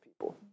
people